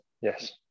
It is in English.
Yes